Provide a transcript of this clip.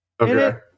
Okay